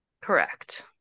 correct